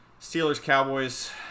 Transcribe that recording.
Steelers-Cowboys